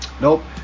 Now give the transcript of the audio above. nope